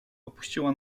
opuściła